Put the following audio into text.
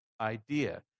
idea